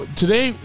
today